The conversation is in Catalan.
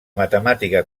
matemàtica